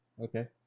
okay